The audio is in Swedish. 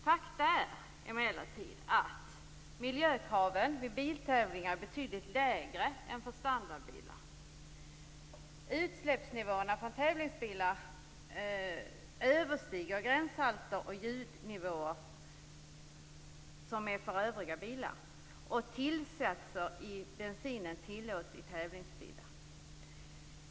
Fakta är emellertid att miljökraven för tävlingsbilar är betydligt lägre än för standardbilar. Utsläppsnivåerna från tävlingsbilar överstiger de gränshalter och ljudnivåer som tillåts för övriga bilar, och tillsatser i bensinen tillåts i tävlingsbilar.